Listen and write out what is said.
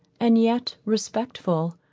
and yet respectful.